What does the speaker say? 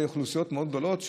אוכלוסיות גדולות מאוד,